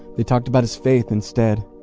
they talked about his faith instead.